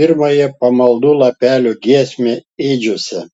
pirmąją pamaldų lapelio giesmę ėdžiose